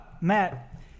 Matt